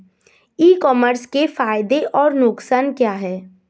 ई commerce के फायदे और नुकसान क्या हैं?